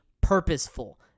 purposeful